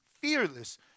Fearless